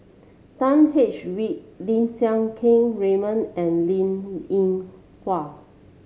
William H Read Lim Siang Keat Raymond and Linn In Hua